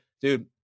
Dude